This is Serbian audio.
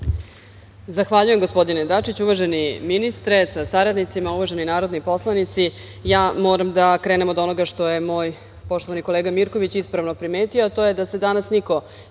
Zahvaljujem, gospodine Dačiću. Uvaženi ministre sa saradnicima, uvaženi narodni poslanici, moram da krenem od onoga što je moj poštovani kolega Mirković ispravno primetio, a to je da se danas niko